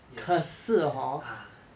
yes ah